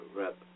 Rep